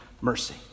mercy